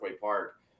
Park